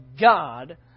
God